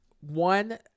One